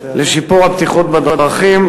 לשיפור הבטיחות בדרכים,